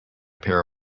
pair